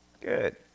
Good